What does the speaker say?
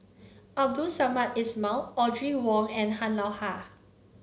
Abdul Samad Ismail Audrey Wong and Han Lao Da